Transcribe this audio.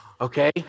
Okay